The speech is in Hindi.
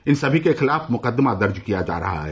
इन सभी के खिलाफ मुकदमा दर्ज किया जा रहा है